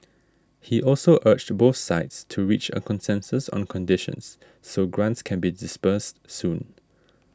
he also urged both sides to reach a consensus on conditions so grants can be disbursed soon